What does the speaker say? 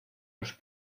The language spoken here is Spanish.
los